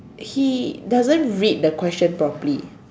he doesn't read the question properly